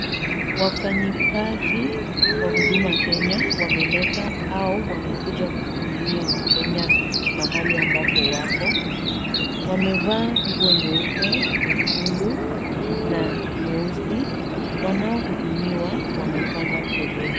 Wafanyikazi wa huduma Kenya wameleta au wamekuja kuhudumia wakenya mahali ambapo wako. Wamevaa nguo nyeupe, nyekundu na nyeusi. Wanaohudumiwa wamepanga foleni.